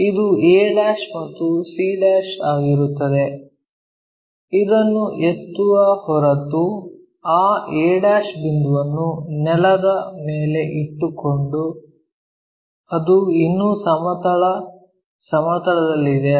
ಇದು a' ಮತ್ತು c' ಆಗಿರುತ್ತದೆ ಇದನ್ನು ಎತ್ತುವ ಹೊರತು ಆ a' ಬಿಂದುವನ್ನು ನೆಲದ ಮೇಲೆ ಇಟ್ಟುಕೊಂಡು ಅದು ಇನ್ನೂ ಸಮತಲ ಸಮತಲದಲ್ಲಿದೆ